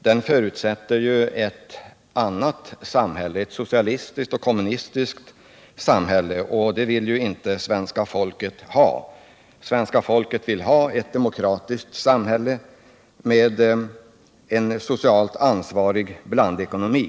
Den förutsätter ju ett annat samhälle, ett socialistiskt och kommunistiskt, men det vill inte svenska folket ha. Det vill ha ett demokratiskt samhälle med en socialt ansvarig blandekonomi.